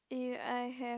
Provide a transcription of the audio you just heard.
if I have